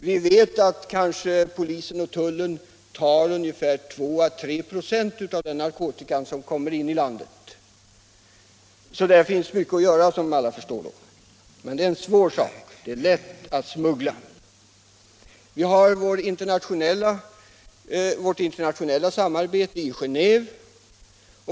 Vi vet att polisen och tullen kanske tar 2 å 3 26 av den narkotika som kommer in i landet. Därför finns mycket att göra, som alla förstår, men uppgiften är vansklig. Det är lätt att smuggla. Vi har vårt internationella samarbete i Geneve.